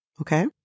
okay